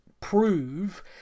prove